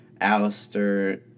Alistair